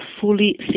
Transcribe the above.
fully